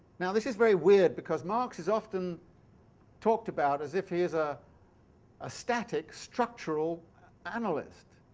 now this is very weird, because marx is often talked about as if he is ah a static, structural analyst.